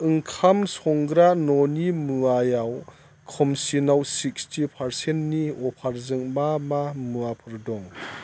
ओंखाम संग्रा न'नि मुवायाव खमसिनाव सिक्सटि पारसेननि अफारजों मा मा मुवाफोर दङ